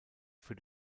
für